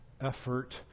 effort